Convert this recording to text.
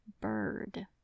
bird